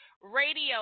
Radio